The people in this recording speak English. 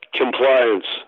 compliance